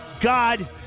god